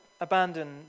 abandon